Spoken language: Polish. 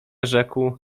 rzekł